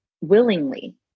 willingly